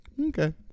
Okay